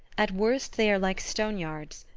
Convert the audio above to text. at worst they are like stone-yards,